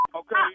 okay